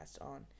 on